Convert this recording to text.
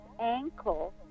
ankle